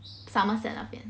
somerset 那边